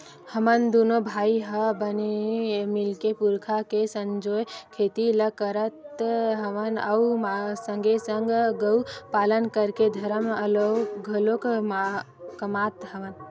हमन दूनो भाई ह बने मिलके पुरखा के संजोए खेती ल करत हवन अउ संगे संग गउ पालन करके धरम घलोक कमात हवन